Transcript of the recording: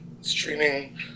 streaming